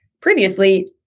previously